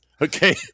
Okay